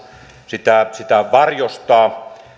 sitä sitä varjostaa